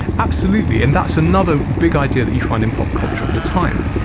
absolutely. and that's another big idea that you find in pop culture at the time.